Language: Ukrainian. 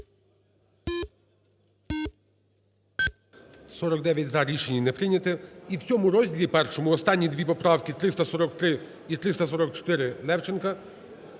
За-49 Рішення не прийняте. І в цьому розділі першому останні дві поправки 343 і 344 Левченка.